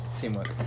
Teamwork